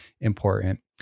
important